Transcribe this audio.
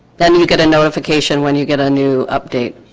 then you get a notification when you get a new update